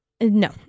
No